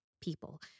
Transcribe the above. people